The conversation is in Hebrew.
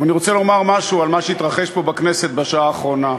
אבל אני רוצה לומר משהו על מה שהתרחש פה בכנסת בשעה האחרונה.